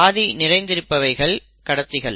பாதி நிறைந்திருப்பவைகள் கடத்திகள்